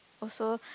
also